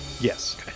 Yes